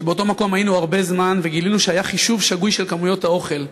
שבאותו מקום היינו הרבה זמן וגילינו שהיה חישוב שגוי של כמויות האוכל.